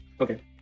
Okay